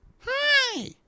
Hi